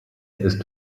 ist